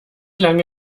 lange